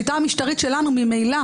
המשטרית שלנו ממילא,